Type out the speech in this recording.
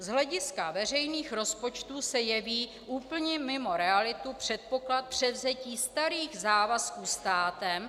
Z hlediska veřejných rozpočtů se jeví úplně mimo realitu předpoklad převzetí starých závazků státem.